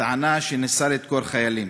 בטענה שניסה לדקור חיילים.